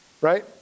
right